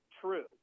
true